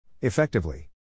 Effectively